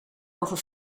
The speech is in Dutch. over